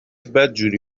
بدجوری